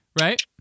Right